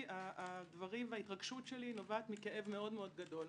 הדברים שלי וההתרגשות שלי נובעים מכאב מאוד גדול.